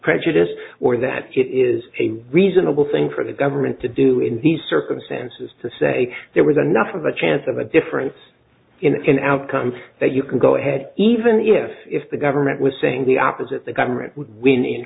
prejudice or that it is a reasonable thing for the government to do in these circumstances to say there was enough of a chance of a difference in an outcome that you can go ahead even if the government was saying the opposite the government w